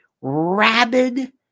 rabid